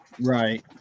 right